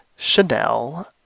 Chanel